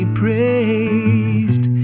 praised